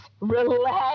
relax